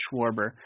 Schwarber